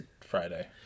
Friday